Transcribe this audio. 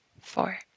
four